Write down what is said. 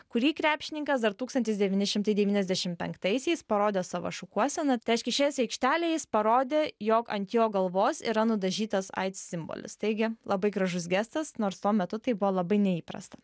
kurį krepšininkas dar tūkstantis devyni šimtai devyniasdešim penktaisiais parodė savo šukuosena tai reiškia išėjęs į aikštelę jis parodė jog ant jo galvos yra nudažytas aids simbolis taigi labai gražus gestas nors tuo metu tai buvo labai neįprasta